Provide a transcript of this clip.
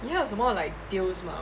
你还有什么 like deals mah